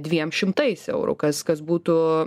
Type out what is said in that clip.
dviem šimtais eurų kas kas būtų